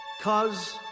cause